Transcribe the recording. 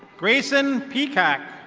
grayson peakack.